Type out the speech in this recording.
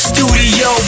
Studio